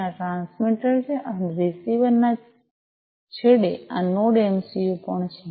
અને આ આ ટ્રાન્સમીટર છે અને રીસીવર ના છેડે આ નોડ એમસિયું પણ છે